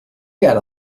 got